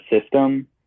system –